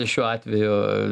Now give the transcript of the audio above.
šiuo atveju